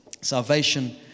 Salvation